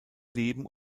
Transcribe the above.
leben